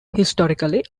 historically